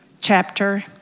chapter